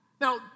Now